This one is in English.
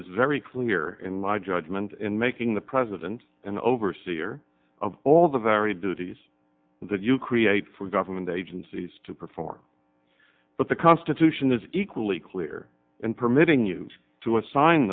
is very clear in law judgment in making the president an overseer of all the varied duties that you create for government agencies to perform but the constitution is equally clear in permitting you to assign